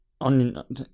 on